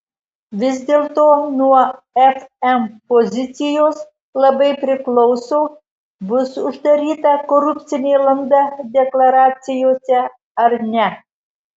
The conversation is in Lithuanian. vis dėlto nuo fm pozicijos labai priklauso bus uždaryta korupcinė landa deklaracijose ar ne